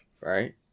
right